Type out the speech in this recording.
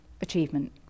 achievement